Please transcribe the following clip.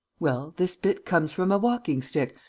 well, this bit comes from a walking-stick,